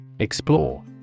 Explore